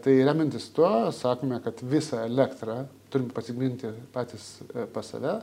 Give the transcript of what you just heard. tai remiantis tuo sakome kad visą elektrą turim pasigaminti patys pas save